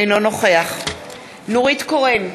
אינו נוכח נורית קורן,